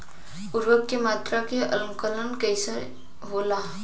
उर्वरक के मात्रा के आंकलन कईसे होला?